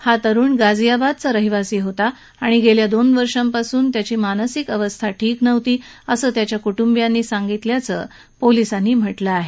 हा तरुण गाझीयाबादचा रहिवासी असून गेल्या दोन वर्षांपासून त्यांची मानसिक अवस्था ठीक नव्हती असं त्याच्या कुंटूबियांनी सांगितल्याचं पोलीसांनी म्हटलं आहे